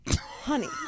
Honey